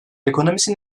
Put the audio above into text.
ekonomisi